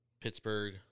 Pittsburgh